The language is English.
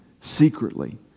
secretly